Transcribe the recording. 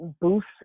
boost